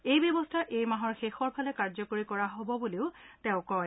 এই ব্যৱস্থা এই মাহৰ শেষৰ ফালে কাৰ্যকৰী কৰা হ'ব বুলিও তেওঁ কয়